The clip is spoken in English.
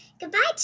Goodbye